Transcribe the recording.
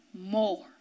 more